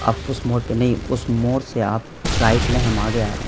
آپ اس موڑ پہ نہیں اس موڑ سے آپ رائٹ لیں ہم آگے آ رہے ہیں